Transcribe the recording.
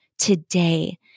Today